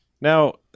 now